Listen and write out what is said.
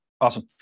Awesome